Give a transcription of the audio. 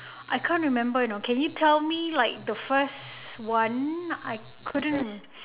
I can't remember you know can you tell me like the first one I couldn't